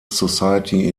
society